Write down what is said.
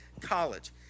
college